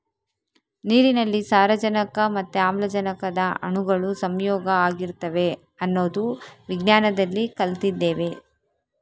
ನೀರಿನಲ್ಲಿ ಸಾರಜನಕ ಮತ್ತೆ ಆಮ್ಲಜನಕದ ಅಣುಗಳು ಸಂಯೋಗ ಆಗಿರ್ತವೆ ಅನ್ನೋದು ವಿಜ್ಞಾನದಲ್ಲಿ ಕಲ್ತಿದ್ದೇವೆ